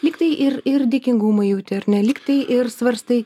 lyg tai ir ir dėkingumą jauti ar ne lygtai ir svarstai